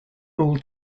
all